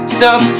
Stop